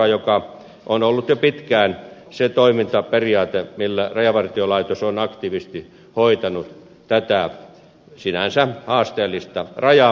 tekninen valvonta on ollut jo pitkään se toimintaperiaate millä rajavartiolaitos on aktiivisesti hoitanut tätä sinänsä haasteellista rajaa